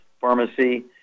pharmacy